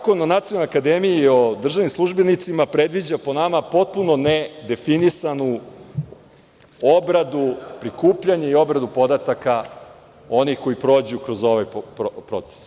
Zakon o Nacionalnoj akademiji i o državnim službenicima predviđa, po nama, potpuno nedefinisano prikupljanje i obradu podataka onih koji prođu kroz ovaj proces.